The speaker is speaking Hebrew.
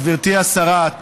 גברתי השרה,